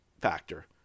factor